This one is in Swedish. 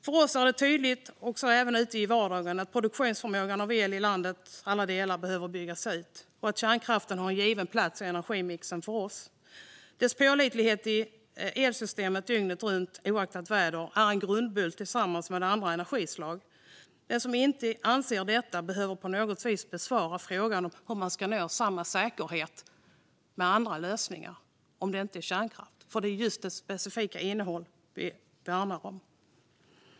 För oss är det tydligt, även ute i vardagen, att förmågan till produktion av el i landets alla delar behöver byggas ut. Kärnkraften har också en given plats i energimixen för oss. Kärnkraftens pålitlighet i elsystemet, dygnet runt och oavsett väder, gör den till en grundbult tillsammans med andra energislag. Den som inte anser detta behöver på något vis besvara frågan hur man ska nå samma säkerhet med andra lösningar än kärnkraft. Det är just det specifika innehållet vi värnar om.